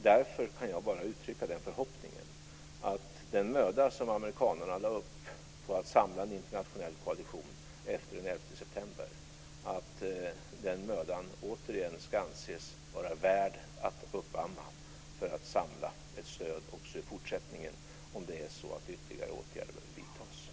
Därför kan jag bara uttrycka den förhoppningen att den möda som amerikanerna lade ned för att samla en internationell koalition efter den 11 september återigen ska anses vara värd att uppamma för att samla ett stöd också i fortsättningen, om ytterligare åtgärder behöver vidtas.